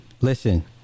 listen